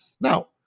Now